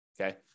Okay